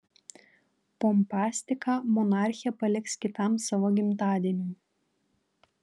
pompastiką monarchė paliks kitam savo gimtadieniui